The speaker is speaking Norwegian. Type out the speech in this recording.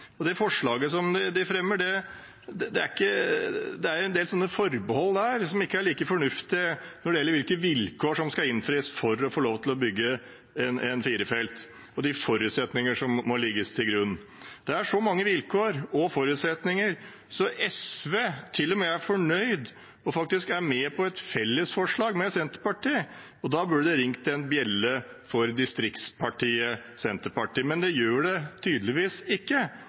det forslaget de fremmer, er det en del forbehold som ikke er like fornuftige når det gjelder hvilke vilkår som skal innfris for å få lov til å bygge en firefelts vei, og hvilke forutsetninger som må legges til grunn. Det er så mange vilkår og forutsetninger at til og med SV er fornøyd og er med på et fellesforslag med Senterpartiet. Da burde det ha ringt en bjelle hos distriktspartiet Senterpartiet, men det gjør det tydeligvis ikke.